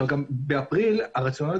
הרציונל,